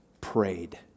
prayed